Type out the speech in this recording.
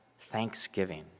thanksgiving